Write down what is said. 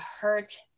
hurt